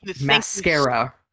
mascara